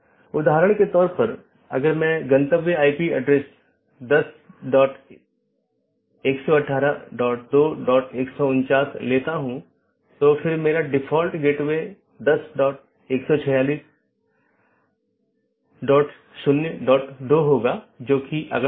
इसलिए आप देखते हैं कि एक BGP राउटर या सहकर्मी डिवाइस के साथ कनेक्शन होता है यह अधिसूचित किया जाता है और फिर कनेक्शन बंद कर दिया जाता है और अंत में सभी संसाधन छोड़ दिए जाते हैं